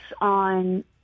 on